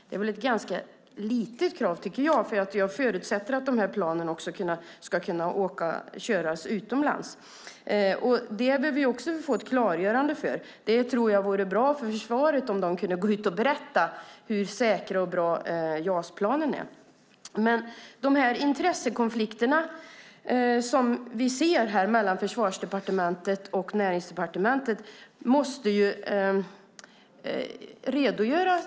Det är ett ganska litet krav, tycker jag, för jag förutsätter att de här planen också ska kunna köras utomlands. Detta behöver vi också få ett klargörande av. Jag tror att det vore bra för försvaret om de kunde gå ut och berätta hur säkra och bra JAS-planen är. De intressekonflikter vi ser mellan Försvarsdepartementet och Näringsdepartementet måste tydliggöras.